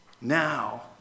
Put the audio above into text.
Now